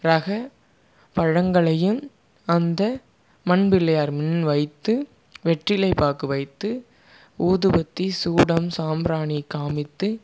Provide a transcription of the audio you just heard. ரக பழங்களையும் அந்த மண் பிள்ளையார் முன் வைத்து வெற்றிலை பாக்கு வைத்து ஊதுபத்தி சூடம் சாம்பிராணி காமித்து